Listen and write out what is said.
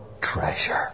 treasure